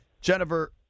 Jennifer